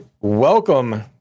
welcome